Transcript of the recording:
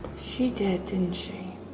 she did, didn't she.